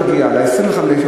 אבל אותה משאית שמגיעה בתוך ה-25,